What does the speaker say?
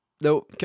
No